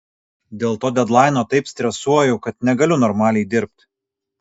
dėl to dedlaino taip stresuoju kad negaliu normaliai dirbt